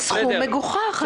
זה סכום מגוחך.